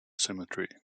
symmetry